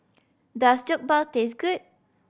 does Jokbal taste good